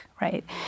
right